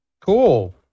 Cool